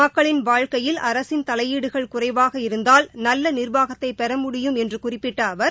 மக்களின் வாழ்க்கையில் அரசியல் தலையீடுகள் குறைவாக இருந்தால் நல்ல நிர்வாகத்தை பெற முடியும் என்று குறிப்பிட்ட அவர்